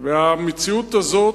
המציאות הזאת,